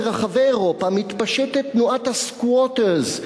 ברחבי אירופה מתפשטת תנועת ה-Squatters,